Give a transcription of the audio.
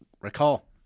Recall